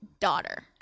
daughter